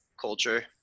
culture